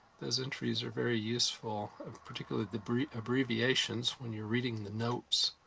those entries are very useful particularly the abbreviations, when you're reading the notes.